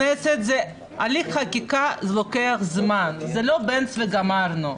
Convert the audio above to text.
והליך חקיקה לוקח זמן, זה לא זבנג וגמרנו.